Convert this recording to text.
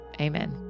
amen